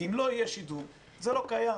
כי אם לא יהיה שידור זה לא יהיה קיים.